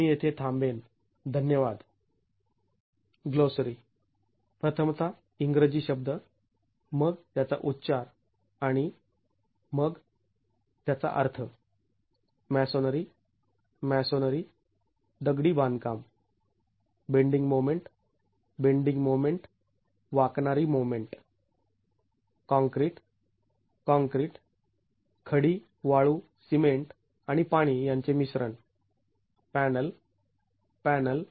मी येथे थांबेल